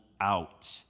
out